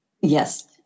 Yes